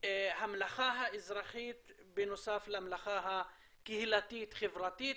המלאכה האזרחית בנוסף למלאכה הקהילתית חברתית.